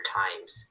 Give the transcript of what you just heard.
times